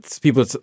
People